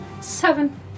seven